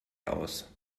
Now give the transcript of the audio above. aus